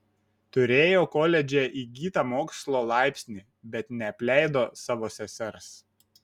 turėjo koledže įgytą mokslo laipsnį bet neapleido savo sesers